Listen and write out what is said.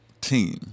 team